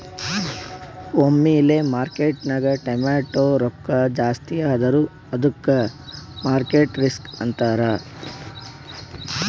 ಒಮ್ಮಿಲೆ ಮಾರ್ಕೆಟ್ನಾಗ್ ಟಮಾಟ್ಯ ರೊಕ್ಕಾ ಜಾಸ್ತಿ ಆದುರ ಅದ್ದುಕ ಮಾರ್ಕೆಟ್ ರಿಸ್ಕ್ ಅಂತಾರ್